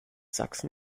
sachsen